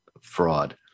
fraud